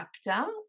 chapter